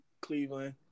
Cleveland